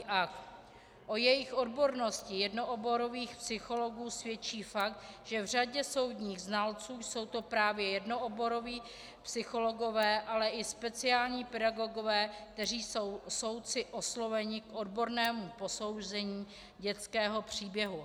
O jejich odbornosti jednooborových psychologů svědčí fakt, že v řadě soudních znalců jsou to právě jednooboroví psychologové, ale i speciální pedagogové, kteří jsou soudci osloveni k odbornému posouzení dětského příběhu.